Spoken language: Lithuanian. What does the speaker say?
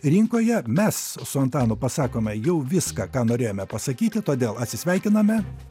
rinkoje mes su antanu pasakome jau viską ką norėjome pasakyti todėl atsisveikiname